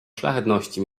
szlachetności